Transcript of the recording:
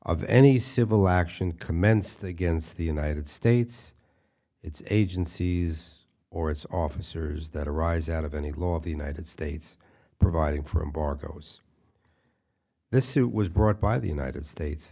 of any civil action commenced against the united states its agencies or its officers that arise out of any law of the united states providing for embargoes this suit was brought by the united states